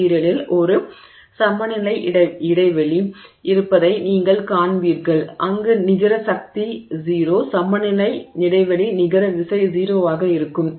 மெட்டிரியலில் ஒரு சமநிலை இடைவெளி இருப்பதை நீங்கள் காண்பீர்கள் அங்கு நிகர சக்தி 0 சமநிலை இடைவெளி நிகர விசை 0 ஆக இருக்கும்